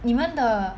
你们的